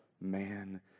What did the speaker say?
man